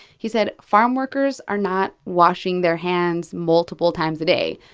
he said farmworkers are not washing their hands multiple times a day,